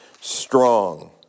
Strong